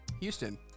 Houston